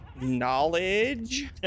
knowledge